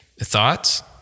Thoughts